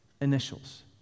initials